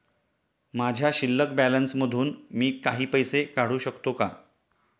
माझ्या शिल्लक बॅलन्स मधून मी काही पैसे काढू शकतो का?